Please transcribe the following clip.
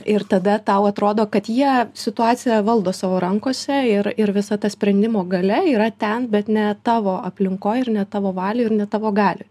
ir tada tau atrodo kad jie situaciją valdo savo rankose ir ir visa ta sprendimo galia yra ten bet ne tavo aplinkoj ir ne tavo valioj ir ne tavo galioj